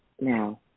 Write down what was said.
now